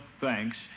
thanks